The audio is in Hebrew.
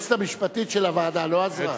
היועצת המשפטית של הוועדה לא עזרה?